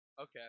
Okay